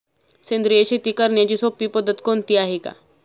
सेंद्रिय शेती करण्याची सोपी पद्धत कोणती आहे का?